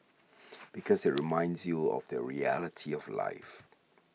because it reminds you of the reality of life